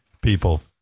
people